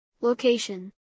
Location